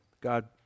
God